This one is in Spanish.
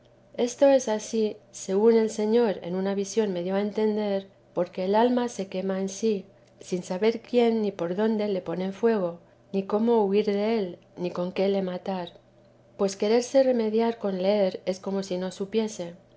esto es ansí según el señor en una visión me dio a entender porque el alma se quema en sí sin saber quién ni por dónde le ponen fuego ni cómo huir del ni con qué le matar pues quererse remediar con leer es como si no supiese